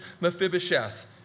Mephibosheth